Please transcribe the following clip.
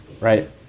right